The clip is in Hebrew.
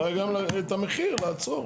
אולי גם את המחיר לעצור.